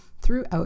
throughout